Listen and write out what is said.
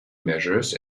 measures